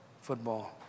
football